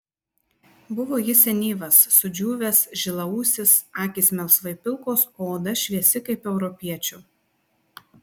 buvo jis senyvas sudžiūvęs žilaūsis akys melsvai pilkos o oda šviesi kaip europiečio